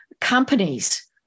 companies